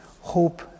Hope